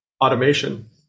automation